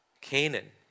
Canaan